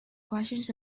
questions